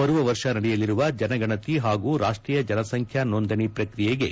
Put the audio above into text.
ಬರುವ ವರ್ಷ ನಡೆಯಲಿರುವ ಜನಗಣತಿ ಹಾಗೂ ರಾಷ್ಟೀಯ ಜನಸಂಖ್ಯಾ ನೋಂದಣಿ ಪ್ರಕ್ರಿಯೆಗೆ